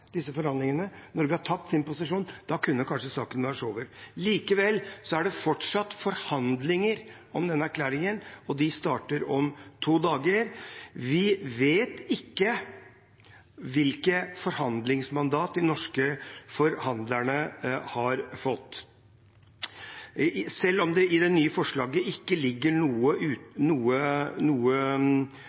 disse forhandlingene, Norge har tapt sin posisjon. Da kunne kanskje saken vært over. Likevel er det fortsatt forhandlinger om denne erklæringen, og de starter om to dager. Vi vet ikke hvilket forhandlingsmandat de norske forhandlerne har fått, selv om det i det nye forslaget ikke ligger noe